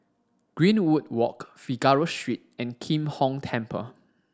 Greenwood Walk Figaro Street and Kim Hong Temple